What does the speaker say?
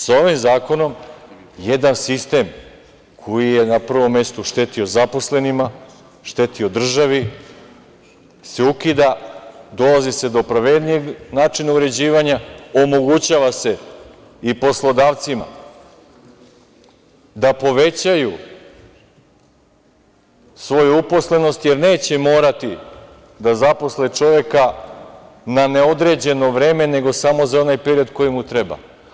Sa ovim zakonom jedan sistem koji je na prvom mestu štetio zaposlenima, štetio državi, se ukida, dolazi se do pravednijeg načina uređivanja, omogućava se i poslodavcima da povećaju svoju uposlenost, jer neće morati da zaposle čoveka na neodređeno vreme, nego samo za onaj period koji mu treba.